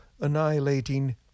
annihilating